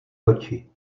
oči